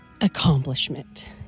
accomplishment